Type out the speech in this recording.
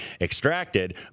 extracted